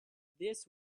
this